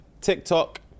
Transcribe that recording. TikTok